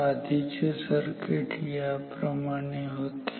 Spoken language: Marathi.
तर आधीचे सर्किट याप्रमाणे होते